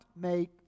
make